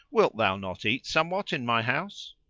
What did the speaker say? wilt thou not eat somewhat in my house?